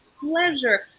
pleasure